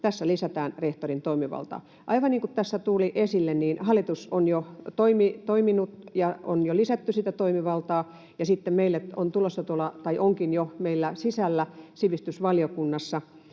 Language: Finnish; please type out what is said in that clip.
Tässä lisätään rehtorin toimivaltaa. Aivan niin kuin tässä tuli esille, hallitus on jo toiminut ja on jo lisätty sitä toimivaltaa, ja sitten meillä sivistysvaliokunnassa